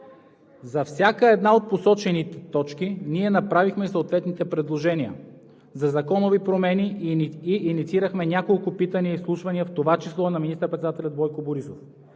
За всяка една от посочените точки ние направихме съответните предложения за законови промени и инициирахме няколко питания и изслушвания, в това число на министър-председателя Бойко Борисов.